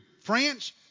France